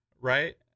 right